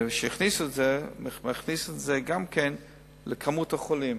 וכשהכניסו את זה, הכניסו את זה גם לכמות החולים.